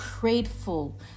grateful